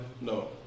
No